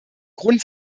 grund